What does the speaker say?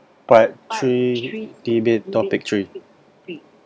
part three debate topic three